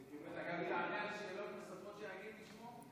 וגם תענה על שאלות נוספות שאגיד, בשמו?